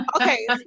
okay